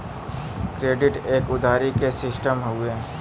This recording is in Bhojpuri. क्रेडिट एक उधारी के सिस्टम हउवे